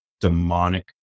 demonic